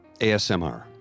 ASMR